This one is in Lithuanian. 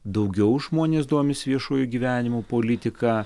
daugiau žmonės domisi viešuoju gyvenimu politika